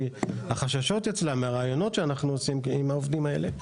כי החששות אצלם מהראיונות שאנחנו עושים עם העובדים האלה,